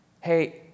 hey